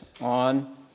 on